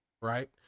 right